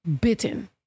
bitten